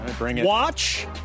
Watch